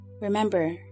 Remember